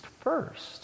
first